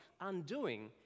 undoing